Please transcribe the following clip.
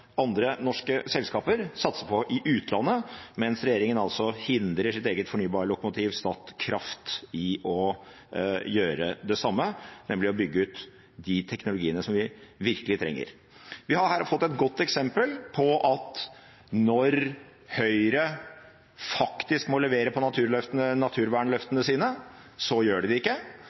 andre norske selskaper satser på i utlandet, mens regjeringen altså hindrer sitt eget fornybarlokomotiv – Statkraft – i å gjøre det samme, nemlig å bygge ut de teknologiene som vi virkelig trenger. Vi har her fått et godt eksempel på at når Høyre faktisk må levere på naturvernløftene sine, så gjør de det ikke.